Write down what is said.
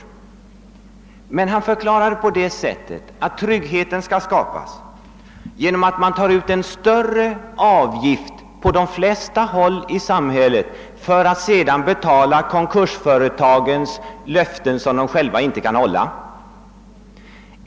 Herr Regnéll förklarade att tryggheten skall skapas genom att man tar ut en större avgift på de flesta håll i samhället för att kunnainfria konkursföretagens löften som de själva inte kan hålla.